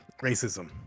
racism